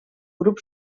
grup